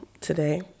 today